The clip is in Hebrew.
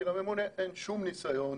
כי לממונה אין שום ניסיון